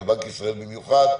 בנק ישראל במיוחד,